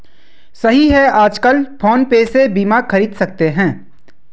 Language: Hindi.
सही है आजकल फ़ोन पे से बीमा ख़रीद सकते हैं